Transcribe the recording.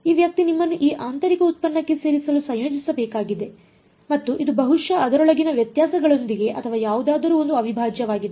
ಈ ವ್ಯಕ್ತಿ ನಿಮ್ಮನ್ನು ಈ ಆಂತರಿಕ ಉತ್ಪನ್ನಕ್ಕೆ ಸೇರಿಸಲು ಸಂಯೋಜಿಸಬೇಕಾಗಿದೆ ಮತ್ತು ಇದು ಬಹುಶಃ ಅದರೊಳಗಿನ ವ್ಯತ್ಯಾಸಗಳೊಂದಿಗೆ ಅಥವಾ ಯಾವುದಾದರೂ ಒಂದು ಅವಿಭಾಜ್ಯವಾಗಿದೆ